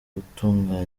utunganya